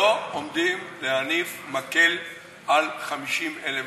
לא עומדים להניף מקל על 50,000 בתים.